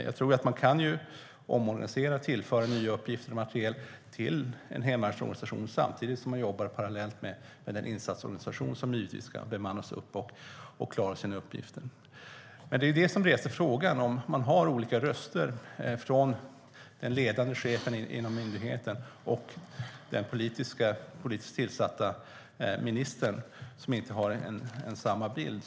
Jag tror att man kan omorganisera och tillföra nya uppgifter och materiel till en hemvärnsorganisation samtidigt som man jobbar parallellt med den insatsorganisation som givetvis ska bemannas upp och klara sina uppgifter. Det är det som reser frågan om olika röster från den ledande chefen inom myndigheten och den politiskt tillsatta ministern, som inte har samma bild.